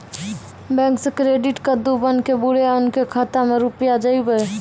Bank से credit कद्दू बन के बुरे उनके खाता मे रुपिया जाएब?